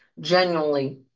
genuinely